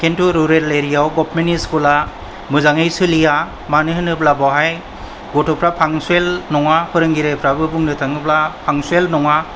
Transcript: किन्तु rural area आव गवार्नमेन्टनि स्कूला मोजाङै सोलिया मानो होनब्ला बावहाय गथ'फ्रा पांकचूएल नङा फोरोंगिरिफ्राबो बुंनो थाङोब्ला पांकचूएल नङा